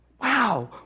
wow